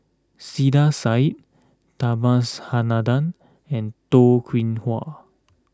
Saiedah Said Subhas Anandan and Toh Kim Hwa